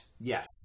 Yes